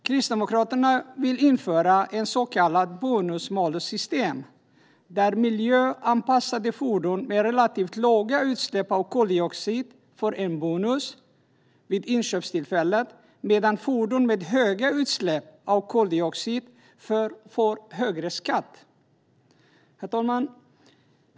Kristdemokraterna vill införa ett så kallat bonus-malus-system där miljöanpassade fordon med relativt låga utsläpp av koldioxid får en bonus vid inköpstillfället, medan fordon med höga utsläpp av koldioxid får högre skatt.